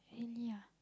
really ah